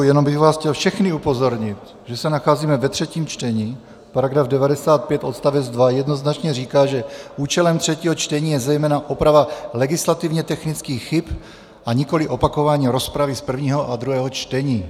Jenom bych vás chtěl všechny upozornit, že se nacházíme ve třetím čtení, § 95 odst. 2 jednoznačně říká, že účelem třetího čtení je zejména oprava legislativně technických chyb, a nikoliv opakování rozpravy z prvního a druhého čtení.